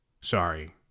Sorry